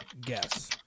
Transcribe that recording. guess